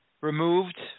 removed